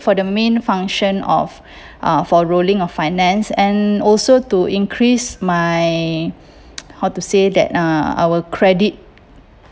for the main function of uh for rolling of finance and also to increase my how to say that uh our credit